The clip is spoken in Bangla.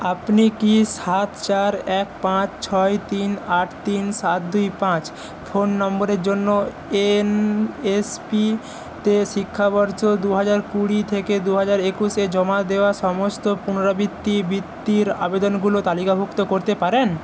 আপনি কি সাত চার এক পাঁচ ছয় তিন আট তিন সাত দুই পাঁচ ফোন নম্বরের জন্য এন এস পি তে শিক্ষাবর্ষ দুহাজার কুড়ি থেকে দুহাজার একুশে জমা দেওয়া সমস্ত পুনরাবৃত্তি বৃত্তির আবেদনগুলো তালিকাভুক্ত করতে পারেন